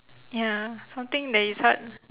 ya something that is hard